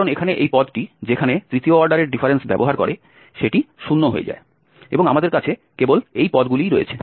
কারণ এখানে এই পদটি যেখানে তৃতীয় অর্ডারের ডিফারেন্স ব্যবহার করে সেটি 0 হয়ে যায় এবং আমাদের কাছে কেবল এই পদগুলিই রয়েছে